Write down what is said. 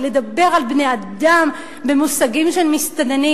לדבר על בני-אדם במושגים של מסתננים.